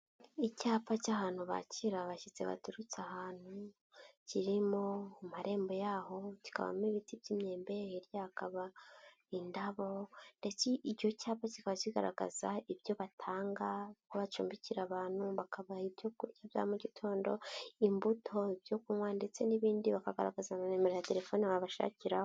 Icyapa cy'ahantu bakira abashyitsi baturutse ahantu, kirimo mu marembo yaho kikabamo ibiti by'imyembe, hirya hakaba indabo ndetse icyo cyapa kikaba kigaragaza ibyo batanga, ko bacumbikira abantu bakabaha ibyo kurya bya mugitondo, imbuto, ibyo kunywa ndetse n'ibindi bakagaragaza na nimero ya terefoni babashakiraho.